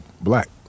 black